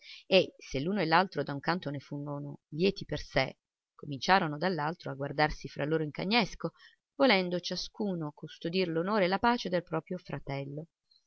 e se l'uno e l'altro da un canto ne furono lieti per sé cominciarono dall'altro a guardarsi fra loro in cagnesco volendo ciascuno custodir l'onore e la pace del proprio fratello